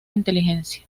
inteligencia